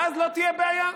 ואז לא תהיה בעיה.